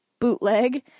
bootleg